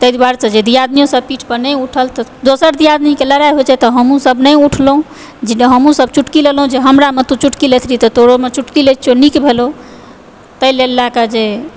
ताहि दुआरे जे दियादनीयो सब पीठ पे नहि उठल तऽ दोसर दियादनी के लड़ाइ होइ छै तऽ हमहूँ सब नहि उठलहुॅं जे हमहूँ सब चुटकी लेलहुॅं जे हमरा मे तू चुटकी लैत रही तऽ तोरो मे चुटकी लै छियौ नीक भेलौ ताहि लेल लए के जे